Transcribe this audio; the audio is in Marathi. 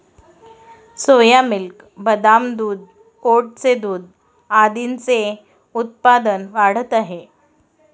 सोया मिल्क, बदाम दूध, ओटचे दूध आदींचे उत्पादन वाढत आहे